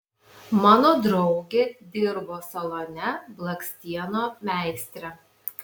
mano draugė dirbo salone blakstienų meistre